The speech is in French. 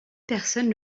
personnes